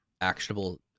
actionable